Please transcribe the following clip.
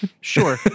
Sure